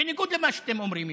בניגוד למה שאתם אומרים,